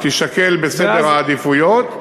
על מנת שהיא תישקל בסדר העדיפויות.